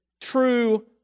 true